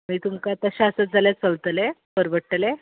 मागीर तुमकां तशें आसत जाल्या चलतलें परवडटलें